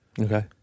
Okay